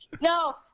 No